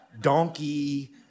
donkey